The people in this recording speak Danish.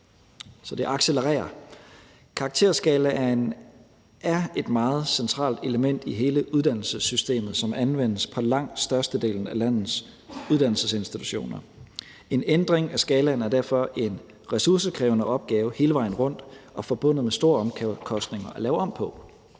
Så det accelererer. Karakterskalaen er et meget centralt element i hele uddannelsessystemet, som anvendes på langt størstedelen af landets uddannelsesinstitutioner. En ændring af skalaen er derfor en ressourcekrævende opgave hele vejen rundt og forbundet med store omkostninger. Det kræver en